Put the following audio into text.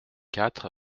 quatre